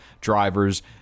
drivers